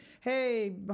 Hey